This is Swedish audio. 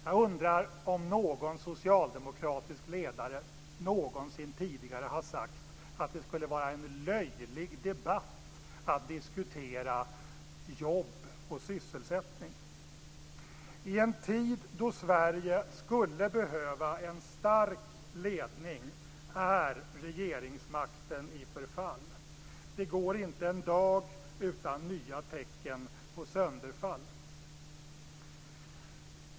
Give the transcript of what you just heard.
Jag undrar om någon socialdemokratisk ledare någonsin tidigare har sagt att det skulle vara en löjlig debatt att diskutera jobb och sysselsättning. I en tid då Sverige skulle behöva en stark ledning är regeringsmakten i förfall. Det går inte en dag utan nya tecken på sönderfall.